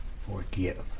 Forgive